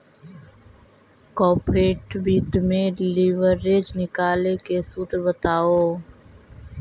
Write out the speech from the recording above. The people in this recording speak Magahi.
कॉर्पोरेट वित्त में लिवरेज निकाले के सूत्र बताओ